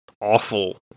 awful